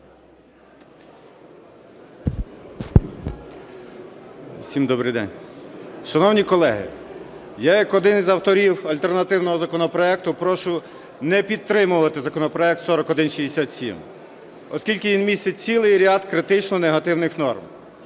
Всім добрий день! Шановні колеги, я як один з авторів альтернативного законопроекту прошу не підтримувати законопроект 4167, оскільки він містить цілий ряд критично негативних норм.